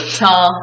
tall